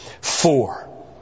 four